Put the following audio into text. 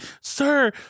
Sir